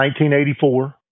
1984